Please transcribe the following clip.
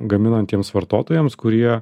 gaminantiems vartotojams kurie